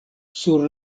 sur